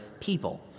people